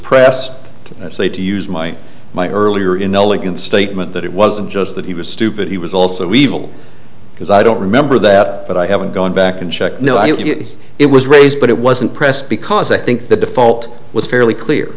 say to use my my earlier inelegant statement that it wasn't just that he was stupid he was also evil because i don't remember that but i haven't gone back and checked no it was it was raised but it wasn't pressed because i think the default was fairly clear